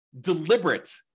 deliberate